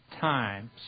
times